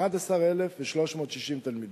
11,360 תלמידים.